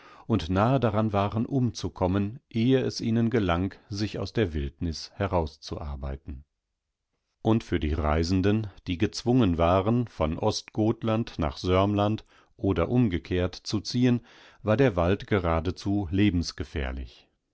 und nahe daran waren umzukommen ehe es ihnen gelang sich aus der wildnis herauszuarbeiten und für die reisenden die gezwungen waren von ostgotlandnachsörmland oderumgekehrt zuziehen warderwaldgeradezu lebensgefährlich